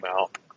out